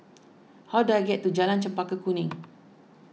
how do I get to Jalan Chempaka Kuning